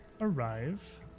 arrive